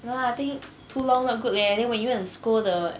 no lah I think too long not good leh then when you want to scold the